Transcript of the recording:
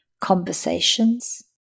conversations